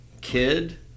kid